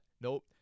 Nope